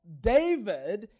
David